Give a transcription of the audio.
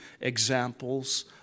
examples